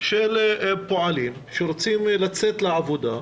של פועלים שרוצים לצאת לעבודה,